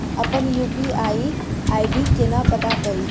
अप्पन UPI ID केना पत्ता कड़ी?